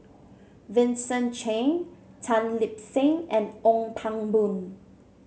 Vincent Cheng Tan Lip Seng and Ong Pang Boon